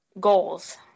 goals